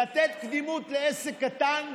לתת קדימות לעסק קטן,